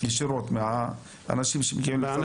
ישירות מהאנשים שמגיעים לרשות האוכלוסין?